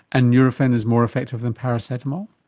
and nurofen is more effective than paracetamol?